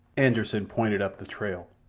anderssen pointed up the trail.